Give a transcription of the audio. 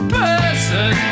person